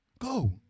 Go